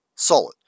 solid